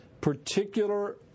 particular